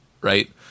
right